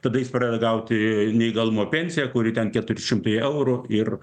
tada jis pradeda gauti neįgalumo pensiją kuri ten keturi šimtai eurų ir